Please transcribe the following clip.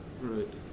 right